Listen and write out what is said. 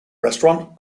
restaurant